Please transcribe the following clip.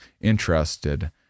interested